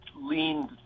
leaned